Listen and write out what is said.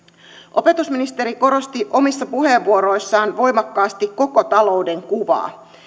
opetusministeri korosti omissa puheenvuoroissaan voimakkaasti koko talouden kuvaa